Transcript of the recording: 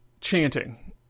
chanting